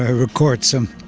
ah record some